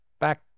back